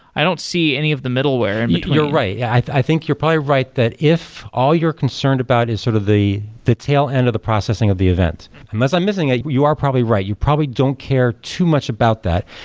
i don't see any of the middleware in between and you're right. yeah. i i think you're probably right that if all you're concerned about is sort of the the tail-end of the processing of the event, unless i'm missing it, you are probably right. you probably don't care too much about that.